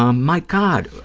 um my god,